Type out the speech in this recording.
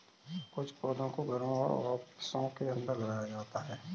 कुछ पौधों को घरों और ऑफिसों के अंदर लगाया जाता है